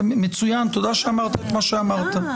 תודה שאמרת את מה שאמרת.